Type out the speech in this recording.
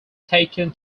taken